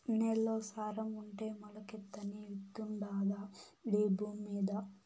నేల్లో సారం ఉంటే మొలకెత్తని విత్తుండాదా ఈ భూమ్మీద